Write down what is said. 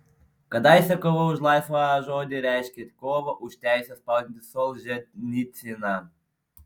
kadaise kova už laisvą žodį reiškė kovą už teisę spausdinti solženicyną